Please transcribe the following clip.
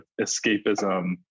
escapism